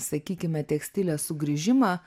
sakykime tekstilės sugrįžimą